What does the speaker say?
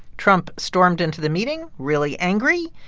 trump stormed into the meeting really angry.